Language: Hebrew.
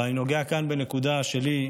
אבל אני נוגע כאן בנקודה שלי,